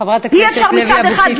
חברת הכנסת לוי אבקסיס,